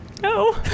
No